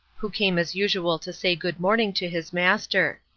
who came as usual to say good-morning to his master.